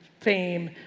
fame,